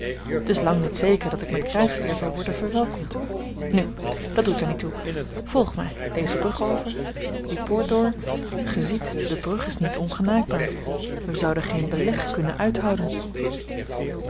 t is lang niet zeker dat ik met krijgseer zal worden verwelkomd n dat doet er niet toe volg mij deze brug over die poort door gij ziet de brug is niet ongenaakbaar wij zouden geen beleg kunnen uithouden